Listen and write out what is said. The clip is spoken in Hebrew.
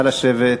נא לשבת.